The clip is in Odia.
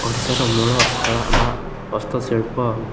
ଓଡ଼ିଶାର ମୂଳ ଖଳା ବା ହସ୍ତଶିଳ୍ପ